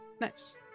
Nice